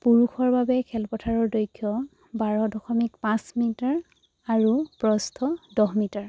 পুৰুষৰ বাবে খেলপথাৰৰ দৈৰ্ঘ বাৰ দশমিক পাঁচ মিটাৰ আৰু প্ৰস্থ দহ মিটাৰ